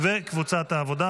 קבוצת סיעת העבודה,